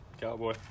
cowboy